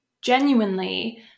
genuinely